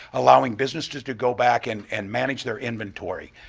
allowing businesses to go back and and manage their inventory.